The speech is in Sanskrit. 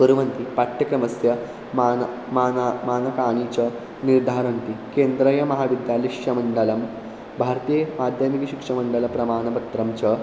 कुर्वन्ति पाठ्यक्रमस्य मानः मानं मानकानि च निर्धारयन्ति केन्द्रीयमहाविद्यालयस्य मण्डलं भारतीयमाध्यमिकशिक्षमण्डलप्रमाणपत्रं च